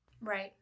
Right